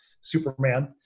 Superman